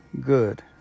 good